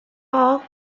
all